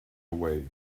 away